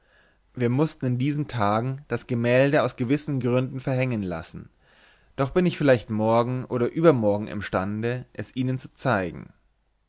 wir mußten in diesen tagen das gemälde aus gewissen gründen verhängen lassen doch bin ich vielleicht morgen oder übermorgen imstande es ihnen zu zeigen